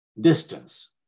distance